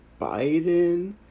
biden